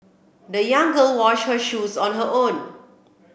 the young girl wash her shoes on her own